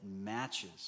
matches